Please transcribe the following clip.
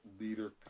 leader